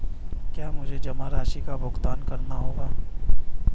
क्या मुझे जमा राशि का भुगतान करना होगा?